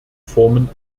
formen